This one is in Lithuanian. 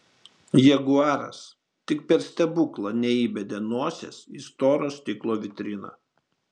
jaguaras tik per stebuklą neįbedė nosies į storo stiklo vitriną